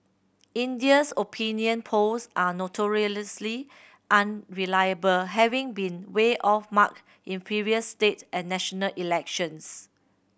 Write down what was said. India's opinion polls are notoriously unreliable having been way off mark in previous state and national elections